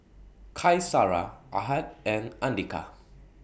Qaisara Ahad and Andika